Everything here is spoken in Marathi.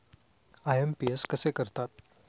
आय.एम.पी.एस कसे करतात?